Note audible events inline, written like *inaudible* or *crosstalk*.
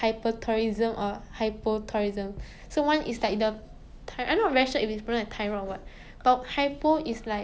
*laughs* yeah